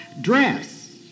Dress